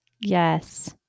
Yes